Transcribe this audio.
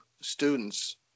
students